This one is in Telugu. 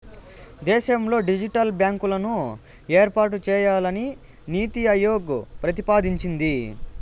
దేశంలో డిజిటల్ బ్యాంకులను ఏర్పాటు చేయాలని నీతి ఆయోగ్ ప్రతిపాదించింది